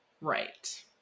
right